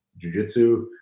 jujitsu